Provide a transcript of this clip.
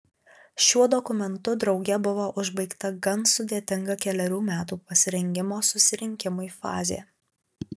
šiuo dokumentu drauge buvo užbaigta gan sudėtinga kelerių metų pasirengimo susirinkimui fazė